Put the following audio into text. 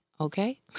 okay